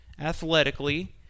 athletically